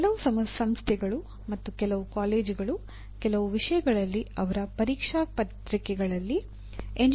ಕೆಲವು ಸಂಸ್ಥೆಗಳು ಮತ್ತು ಕೆಲವು ಕಾಲೇಜುಗಳು ಕೆಲವು ವಿಷಯಗಳಲ್ಲಿಅವರ ಪರೀಕ್ಷಾ ಪತ್ರಿಕೆಗಳಲ್ಲಿ ಎಂಜಿನಿಯರಿಂಗ್ ಸಮಸ್ಯೆಗಳನ್ನುಂಟು ಮಾಡುತ್ತವೆ